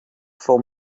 for